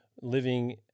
living